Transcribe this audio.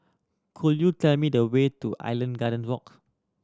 could you tell me the way to Island Garden Walk